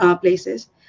places